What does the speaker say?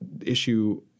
issue